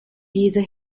dieser